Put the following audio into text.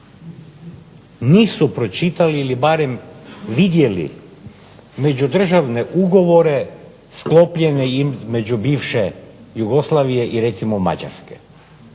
nisu pročitali ili barem vidjeli međudržavne ugovore sklopljene između bivše Jugoslavije i recimo Mađarske,